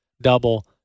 double